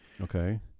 Okay